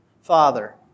father